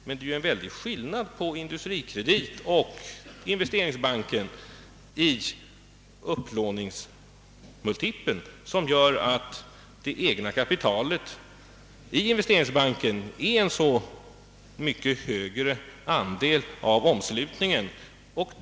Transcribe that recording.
Men det är en mycket stor skillnad på AB Industrikredit och investeringsbanken i fråga om upplåningsmultipeln, eftersom det egna kapitalet i investeringsbanken är en så mycket högre andel av omslutningen.